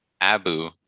Abu